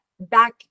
back